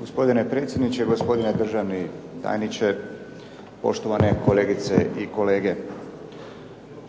Gospodine predsjedniče, gospodine državni tajničke, poštovane kolegice i kolege.